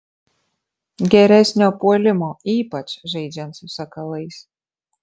geresnio puolimo ypač žaidžiant su sakalais